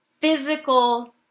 physical